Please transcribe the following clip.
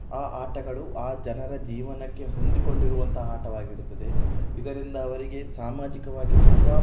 ಆ ಆಟಗಳು ಆ ಜನರ ಜೀವನಕ್ಕೆ ಹೊಂದಿಕೊಂಡಿರುವಂಥ ಆಟವಾಗಿರುತ್ತದೆ ಇದರಿಂದ ಅವರಿಗೆ ಸಾಮಾಜಿಕವಾಗಿ ತುಂಬ